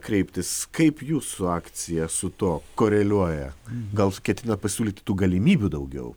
kreiptis kaip jūsų akcija su tuo koreliuoja gal ketinat pasiūlyti tų galimybių daugiau